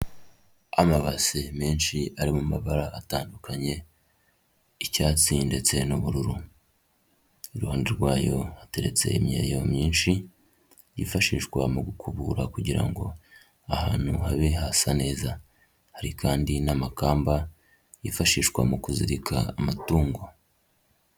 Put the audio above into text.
Amabase menshi ari mu mabara atandukanye icyatsi ndetse n'ubururu. Iruhande rwayo hateretse imyeyo myinshi yifashishwa mu gukubura kugira ngo ahantu habe hasa neza. Hari kandi n'amakamba yifashishwa mu kuzirika amatungo.